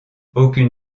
aucune